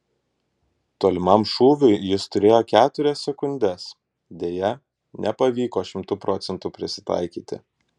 tolimam šūviui jis turėjo keturias sekundes deja nepavyko šimtu procentų prisitaikyti